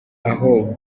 aho